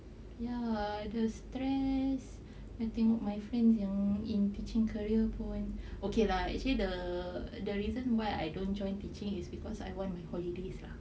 ya the stress I think my friends you know in teaching career okay lah actually the the reason why I don't join teaching is because I want my holidays lah